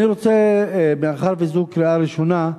אני רוצה, מאחר שזו קריאה ראשונה,